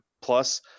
plus